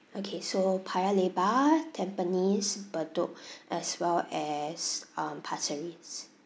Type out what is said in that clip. okay so paya lebar tampines bedok as well as um pasir ris